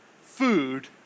food